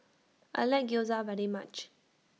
I like Gyoza very much